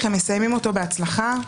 הם מסיימים אותו בהצלחה,